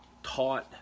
taught